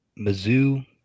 Mizzou